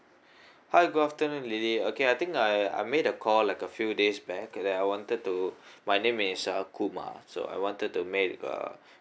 hi good afternoon lily okay I think I I made a call like a few days back and then I wanted to my name is uh kumar so I wanted to make uh